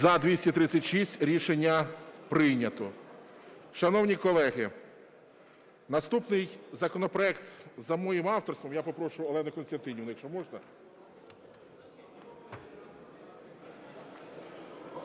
За-236 Рішення прийнято. Шановні колеги, наступний законопроект за моїм авторством. Я попрошу Олену Костянтинівну, якщо можна.